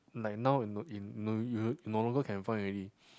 like now you no longer can find already